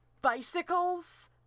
bicycles